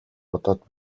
бодоод